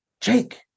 Jake